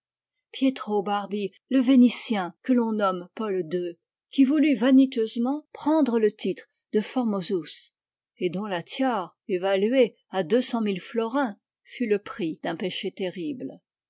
pietro barbi le vénitien que l'on nomme paul ii qui voulut vaniteusement prendre le titré de formosus et dont la tiare évaluée à deux cent mille florins fut le prix d'un péché terrible